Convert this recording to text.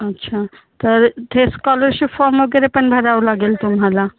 अच्छा तर इथे स्कॉलरशिप फॉम वगैरे पण भरावं लागेल तुम्हाला